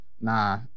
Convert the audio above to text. Nah